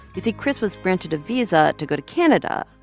you see, chris was granted a visa to go to canada,